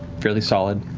fairly solid,